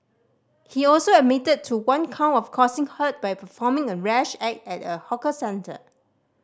he also admitted to one count of causing hurt by performing a rash act at a hawker centre